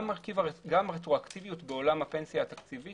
גם הרטרואקטיביות בעולם בפנסיה התקציבית